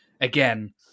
again